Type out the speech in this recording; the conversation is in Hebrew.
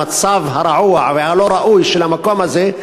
למצב הרעוע והלא-ראוי של המקום הזה,